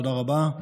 תודה רבה.